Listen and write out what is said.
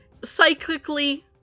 Cyclically